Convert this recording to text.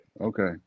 okay